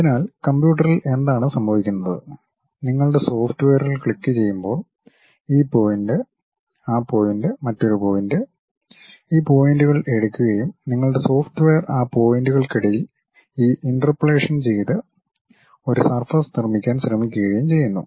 അതിനാൽ കമ്പ്യൂട്ടറിൽ എന്താണ് സംഭവിക്കുന്നത് നിങ്ങൾ സോഫ്റ്റ്വെയറിൽ ക്ലിക്കുചെയ്യുമ്പോൾ ഈ പോയിൻ്റ്ആ പോയിന്റ് മറ്റൊരു പോയിന്റ് ഈ പോയിന്റുകൾ എടുക്കുകയും നിങ്ങളുടെ സോഫ്റ്റ്വെയർ ആ പോയിന്റുകൾക്കിടയിൽ ഈ ഇന്റർപോളേഷൻ ചെയ്ത് ഒരു സർഫസ് നിർമിക്കാൻ ശ്രമിക്കുകയും ചെയ്യുന്നു